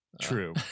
True